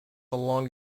along